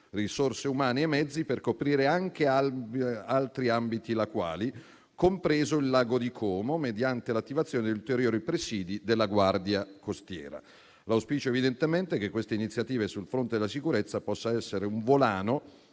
risorse umane e mezzi per coprire anche altri ambiti lacuali, compreso il lago di Como, mediante l'attivazione di ulteriori presidi della Guardia costiera. L'auspicio evidentemente è che questa iniziativa sul fronte della sicurezza possa essere un volano